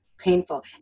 painful